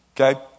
Okay